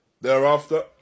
Thereafter